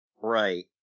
Right